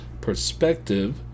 perspective